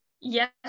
yes